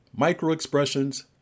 Microexpressions